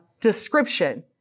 description